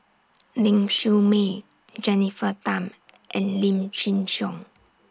Ling Siew May Jennifer Tham and Lim Chin Siong